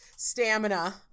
stamina